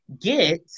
get